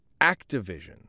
Activision